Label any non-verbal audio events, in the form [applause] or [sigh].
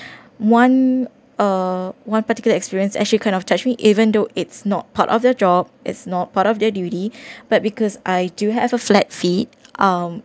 one uh one particular experience actually kind of touched me even though it's not part of their job it's not part of their duty [breath] but because I do have a flat feet um